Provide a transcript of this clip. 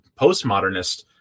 postmodernist